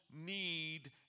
need